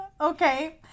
Okay